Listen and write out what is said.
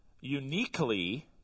uniquely